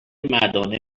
مردونه